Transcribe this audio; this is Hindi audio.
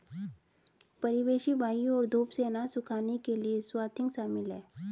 परिवेशी वायु और धूप से अनाज सुखाने के लिए स्वाथिंग शामिल है